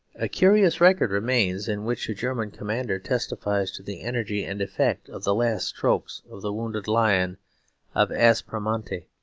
a curious record remains, in which a german commander testifies to the energy and effect of the last strokes of the wounded lion of aspromonte.